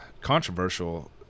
controversial